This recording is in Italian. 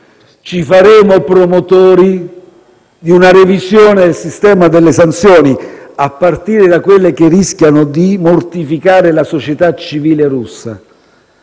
Ci faremo promotori di una revisione del sistema delle sanzioni, a partire da quelle che rischiano di mortificare la società civile russa.